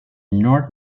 nord